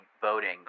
voting